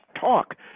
talk